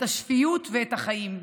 את השפיות ואת החיים.